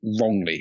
wrongly